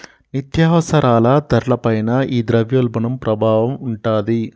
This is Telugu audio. నిత్యావసరాల ధరల పైన ఈ ద్రవ్యోల్బణం ప్రభావం ఉంటాది